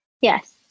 Yes